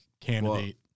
candidate